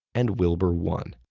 and wilbur won.